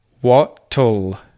What-tool